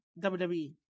WWE